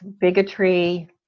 bigotry